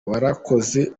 warakoze